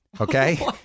okay